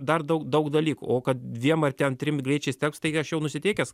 dar daug daug dalykų o kad dviem ar ten trim greičiais teks tai aš jau nusiteikęs